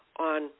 on